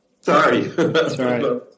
Sorry